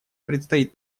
предстоит